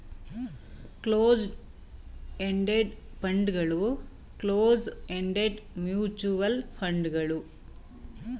closed ended ಫಂಡ್ಗಳು close ended mutual ಫಂಡ್ಗಳು ನಿಗದಿತ ಮುಕ್ತಾಯ ದಿನಾಂಕವನ್ನ ಒಂದಿವೆ ಎನ್ನಬಹುದು